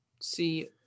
see